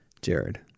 Jared